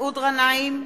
מסעוד גנאים,